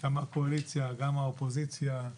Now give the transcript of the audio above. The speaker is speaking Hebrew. גם מהקואליציה וגם מהאופוזיציה,